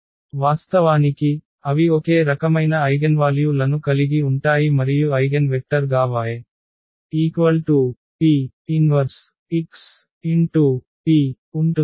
వాస్తవానికి అవి ఒకే రకమైన ఐగెన్వాల్యూ లను కలిగి ఉంటాయి మరియు ఐగెన్వెక్టర్ గా y P 1xP ఉంటుంది